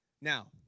Now